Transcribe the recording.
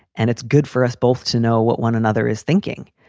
and it's good for us both to know what one another is thinking,